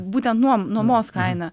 būtent nuo nuomos kaina